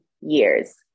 years